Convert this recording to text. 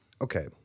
okay